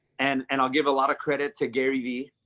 and and i'll give a lot of credit to gary v,